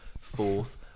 fourth